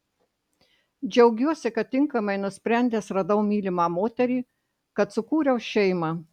džiaugiuosi kad tinkamai nusprendęs radau mylimą moterį kad sukūriau šeimą